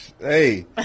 Hey